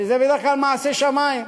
שזה בדרך כלל מעשה שמים: